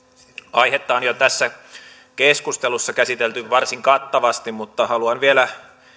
aihetta on jo tässä keskustelussa käsitelty varsin kattavasti mutta haluan vielä